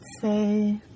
say